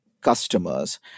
customers